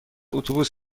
اتوبوس